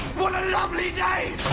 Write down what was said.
what a lovely day!